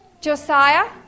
Josiah